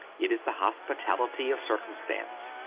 it is the hospitality of circumstance.